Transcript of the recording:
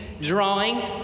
drawing